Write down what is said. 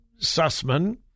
Sussman